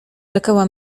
czekała